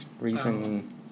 reason